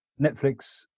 Netflix